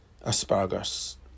asparagus